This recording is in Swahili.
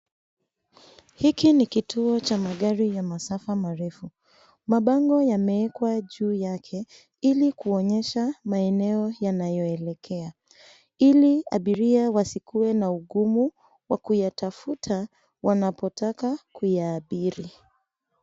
Hiki ni kituo cha magari ya masafa marefu. Mabango yameekwa juu yake ili kuonyesha maeneo yanayoelekea ili abiria wasikuwe na ugumu wa kuyatafuta wanapotaka kuyaabiri.